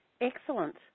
Excellent